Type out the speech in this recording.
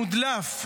מודלף,